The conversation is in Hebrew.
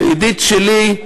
שידיד שלי,